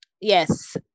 yes